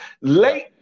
late